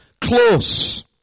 close